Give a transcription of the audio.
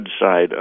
side